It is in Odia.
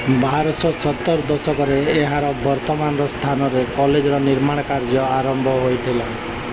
ବାରଶହ ସତର ଦଶକରେ ଏହାର ବର୍ତ୍ତମାନର ସ୍ଥାନରେ କଲେଜ୍ର ନିର୍ମାଣ କାର୍ଯ୍ୟ ଆରମ୍ଭ ହୋଇଥିଲା